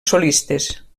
solistes